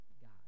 God